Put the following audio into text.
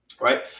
right